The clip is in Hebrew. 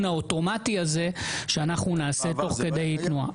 האוטומטי הזה שאנחנו נעשה תוך כדי תנועה.